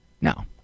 Now